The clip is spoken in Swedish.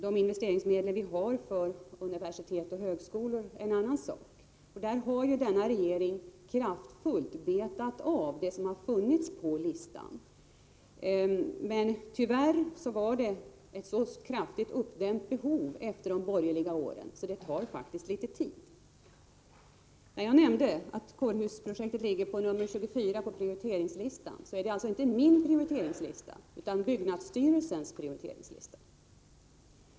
De investeringsmedel vi har för universitet och högskolor är en annan sak. Denna regering har kraftfullt betat av det som har funnits på listan. Tyvärr fanns det ett så kraftigt uppdämt behov efter de borgerliga åren att det faktiskt tar litet tid. När jag nämnde att kårhusprojektet ligger som nr 24 på prioriteringslistan, är det alltså inte min prioriteringslista det är fråga om utan byggnadsstyrelsens.